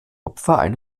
opfer